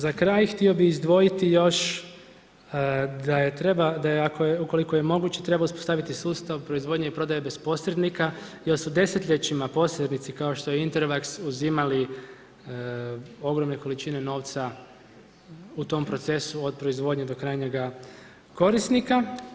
Za kraj htio bih izdvojiti još da ako je, ukoliko je moguće, treba uspostaviti sustav proizvodnje i prodaje bez posrednika jer su desetljećima posrednici, kao što je Intervaks uzimali ogromne količine novca u tom procesu od proizvodnje do krajnjega korisnika.